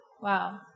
Wow